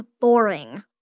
boring